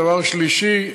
דבר שלישי,